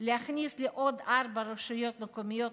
להיכנס אל עוד ארבע רשויות מקומיות,